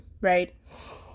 right